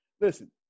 listen